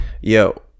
Yo